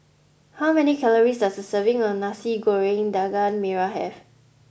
how many calories does a serving of nasi goreng daging merah have